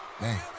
Man